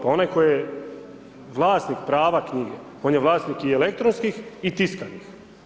Pa onaj tko je vlasnik prava knjige, on je vlasnik i elektronskih i tiskanih.